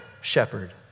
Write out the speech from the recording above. shepherd